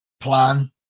plan